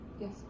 Yes